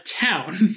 town